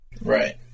Right